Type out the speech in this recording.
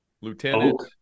Lieutenant